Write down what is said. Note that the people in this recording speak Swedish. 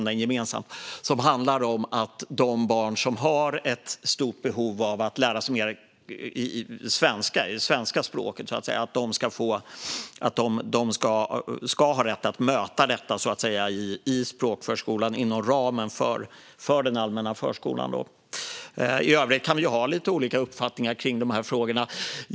Det handlar om att de barn som har ett stort behov av att lära sig mer svenska ska ha rätt att så att säga möta detta i språkförskolan, inom ramen för den allmänna förskolan. I övrigt kan vi ha lite olika uppfattningar i dessa frågor.